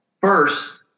First